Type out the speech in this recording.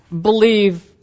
believe